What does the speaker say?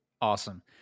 Awesome